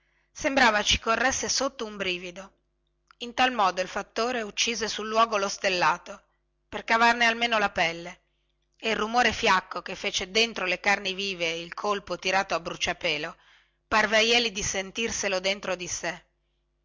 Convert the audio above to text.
sembrava ci corresse sotto un brivido in tal modo il fattore uccise sul luogo lo stellato per cavarne almeno la pelle e il rumore fiacco che fece dentro le carni vive il colpo tirato a bruciapelo parve a jeli di sentirselo dentro di sè